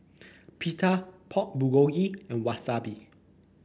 Pita Pork Bulgogi and Wasabi